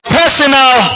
personal